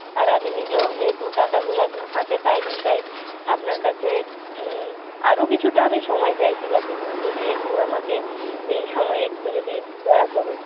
আর আমি নিজেও যেহেতু টাকাগুলা এখনও হাতে পাইনি তাই আপনার কাছে আরও কিছুটা আমি সময় চাইছি কাকিমা যদি একটু আমাকে এই সময় একটু যদি দয়া করেন